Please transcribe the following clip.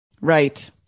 Right